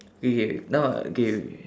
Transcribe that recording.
okay now uh K